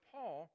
Paul